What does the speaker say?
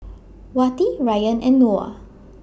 Wati Ryan and Noah